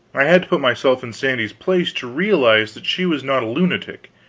i had to put myself in sandy's place to realize that she was not a lunatic.